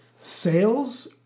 Sales